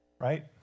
right